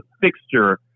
fixture